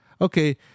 okay